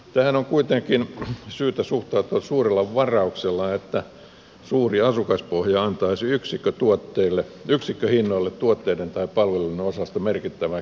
tähän on kuitenkin syytä suhtautua suurella varauksella että suuri asukaspohja antaisi yksikköhinnoille tuotteiden tai palveluiden osalta merkittävää kilpailuetua